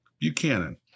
Buchanan